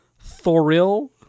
Thoril